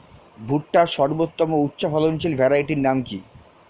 ভুট্টার সর্বোত্তম উচ্চফলনশীল ভ্যারাইটির নাম কি?